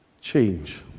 change